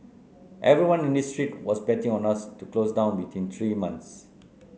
everyone in this street was betting on us to close down within three months